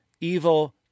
evil